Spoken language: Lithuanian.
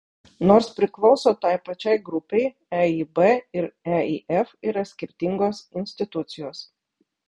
nors priklauso tai pačiai grupei eib ir eif yra skirtingos institucijos